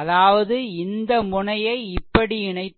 அதாவது இந்த முனையை இப்படி இணைத்துள்ளேன்